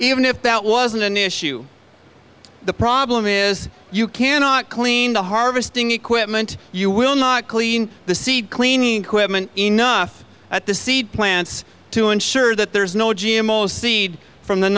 even if that wasn't an issue the problem is you cannot clean the harvesting equipment you will not clean the seed cleaning equipment enough at the seed plants to ensure that there is no g m o seed from the